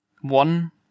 one